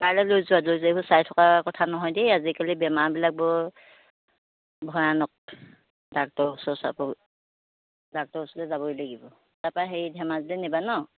কাইলৈ লৈ যোৱা লৈ যোৱা এইবোৰ চাই থকা কথা নহয় দেই আজিকালি বেমাৰবিলাক বৰ ভয়ানক ডাক্টৰৰ ওচৰ চাপ ডাক্টৰৰ ওচৰলৈ যাবই লাগিব তাৰপৰা সেই ধেমাজিলৈ নিবা ন